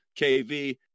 KV